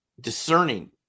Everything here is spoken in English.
discerning